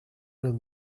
will